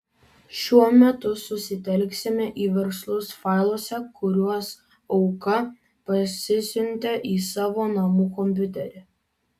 šiuo metu susitelksime į verslus failuose kuriuos auka parsisiuntė į savo namų kompiuterį